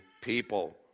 people